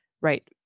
right